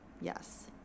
Yes